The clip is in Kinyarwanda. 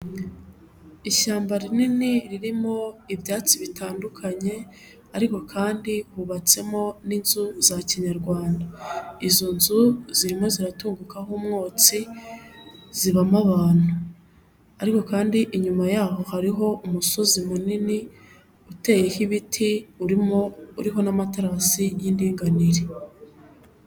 Ishyamba rinini ririmo ibyatsi bitandukanye ariko kandi hubatsemo n'inzu za kinyarwanda, izo nzu zirimo ziratungukamo umwotsi, zibamo abantu ariko kandi inyuma yaho hariho umusozi munini uteyeho ibiti, urimo uriho n'amaterasi y'indinganire.